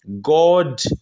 God